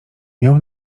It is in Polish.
miał